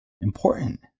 important